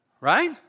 Right